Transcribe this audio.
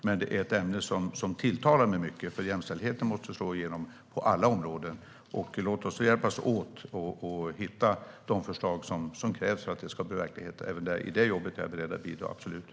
Men det är ett ämne som tilltalar mig mycket, för jämställdheten måste slå igenom på alla områden. Låt oss då hjälpas åt att hitta de förslag som krävs för att det ska bli verklighet. Även i det jobbet är jag absolut beredd att bidra.